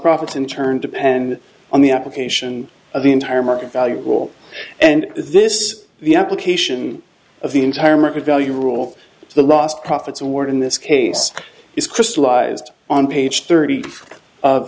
profits in turn depend on the application of the entire market value rule and this the application of the entire market value rule to the lost profits award in this case is crystallized on page thirty of